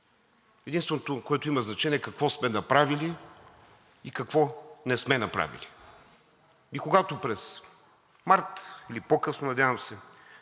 Единственото, което има значение, е какво сме направили и какво не сме направили. И когато през март или по-късно, надявам се,